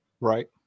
Right